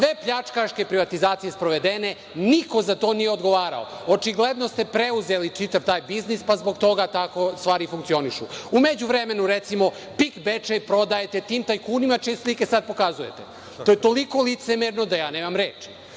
Sve pljačkaške privatizacije sprovedene, niko za to nije odgovarao. Očigledno ste preuzeli čitav taj biznis, pa zbog toga tako stvari funkcionišu.U međuvremenu, recimo, PIK Bečej prodaje tim tajkunima čije slike sad pokazujete. To je toliko licemerno da ja nemam reči.